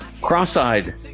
Cross-Eyed